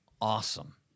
awesome